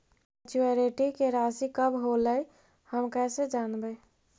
Maturity के रासि कब होलै हम कैसे जानबै?